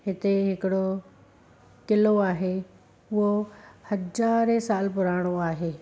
हिते हिकिड़ो क़िलो आहे उहो हज़ारे साल पुराणो आहे